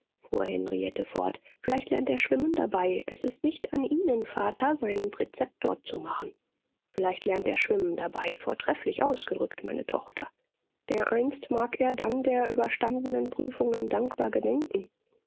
henriette fort vielleicht lernt er schwimmen dabei es ist nicht an ihnen vater seinen präzeptor zu machen vielleicht lernt er schwimmen dabei vortrefflich ausgedrückt meine tochter dereinst mag er dann der überstandenen prüfungen dankbar gedenken